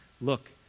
look